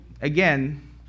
again